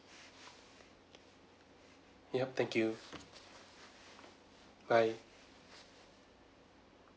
yup thank you bye